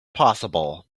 possible